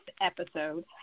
episode